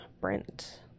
Brent